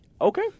Okay